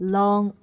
Long